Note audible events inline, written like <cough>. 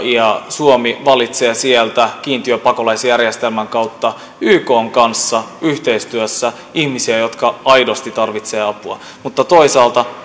suomi valitsee sieltä kiintiöpakolaisjärjestelmän kautta ykn kanssa yhteistyössä ihmisiä jotka aidosti tarvitsevat apua mutta toisaalta <unintelligible>